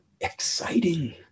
exciting